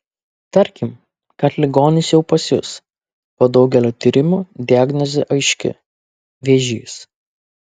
tarkim kad ligonis jau pas jus po daugelio tyrimų diagnozė aiški vėžys